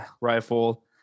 rifle